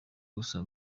gusa